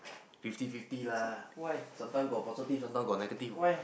fifty fifty lah sometime got positive sometime got negative